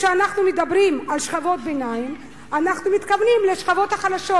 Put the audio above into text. כשאנחנו מדברים על שכבות ביניים אנחנו מתכוונים לשכבות החלשות,